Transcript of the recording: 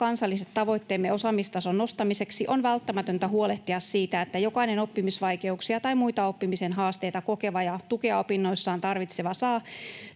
kansalliset tavoitteemme osaamistason nostamiseksi, on välttämätöntä huolehtia siitä, että jokainen oppimisvaikeuksia tai muita oppimisen haasteita kokeva ja tukea opinnoissaan tarvitseva saa